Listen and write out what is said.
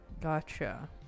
gotcha